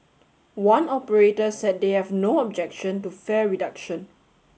one operator said they have no objection to fare reduction